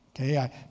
okay